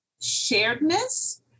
sharedness